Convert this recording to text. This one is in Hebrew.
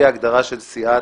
לפי ההגדרה של סיעה